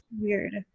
weird